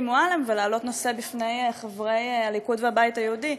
מועלם ולהעלות נושא לפני חברי הליכוד והבית היהודי.